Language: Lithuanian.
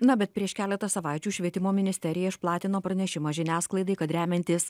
na bet prieš keletą savaičių švietimo ministerija išplatino pranešimą žiniasklaidai kad remiantis